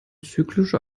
zyklische